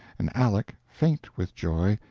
and aleck, faint with joy,